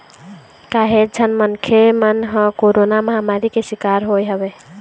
काहेच झन मनखे मन ह कोरोरा महामारी के सिकार होय हवय